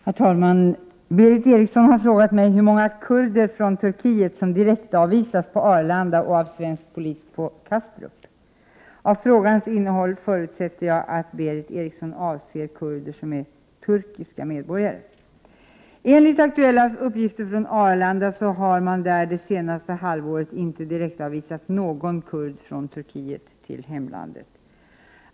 Herr talman! Berith Eriksson har frågat mig hur många kurder från Turkiet som direktavvisas på Arlanda och av svensk polis på Kastrup. Av frågans innehåll förutsätter jag att Berith Eriksson avser kurder som är turkiska medborgare. Enligt aktuella uppgifter från Arlanda så har man där det senaste halvåret inte direktavvisat någon kurd från Turkiet till hemlandet.